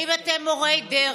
אם אתם מורי דרך,